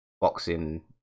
Boxing